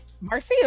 Marcia